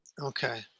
Okay